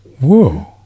whoa